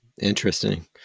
interesting